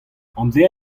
amzer